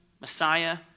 Messiah